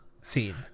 scene